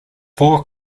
four